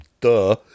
duh